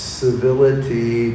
civility